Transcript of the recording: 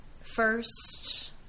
first